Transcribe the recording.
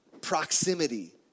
Proximity